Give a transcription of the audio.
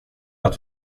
att